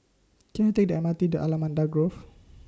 Can I Take The M R T to Allamanda Grove